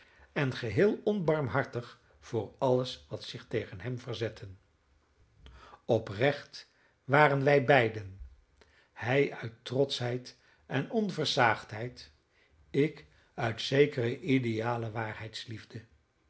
en geheel onbarmhartig voor alles wat zich tegen hem verzette oprecht waren wij beiden hij uit trotschheid en onversaagdheid ik uit zekere ideale